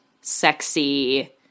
sexy